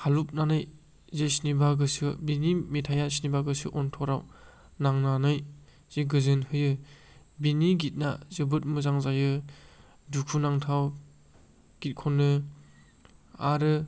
हलुबनानै बे सिनिबा गोसो बिनि मेथाइया सिनिबा गोसो अनथराव नांनानै जे गोजोन होयो बिनि गितना जोबोद मोजां जायो दुखु नांथाव गित खनो आरो